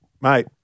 Mate